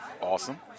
Awesome